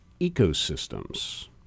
ecosystems